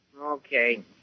Okay